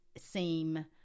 seem